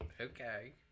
Okay